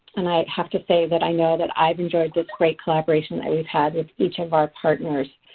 and i have to say that i know that i've enjoyed this great collaboration and we've had with each of our partners.